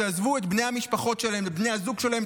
שעזבו את בני המשפחות שלהם ובני הזוג שלהם,